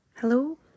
Hello